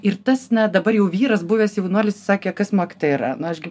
ir tas na dabar jau vyras buvęs jaunuolis sakė kas mokytoja yra na aš gi